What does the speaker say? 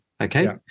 okay